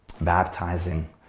baptizing